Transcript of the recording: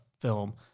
film